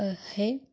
है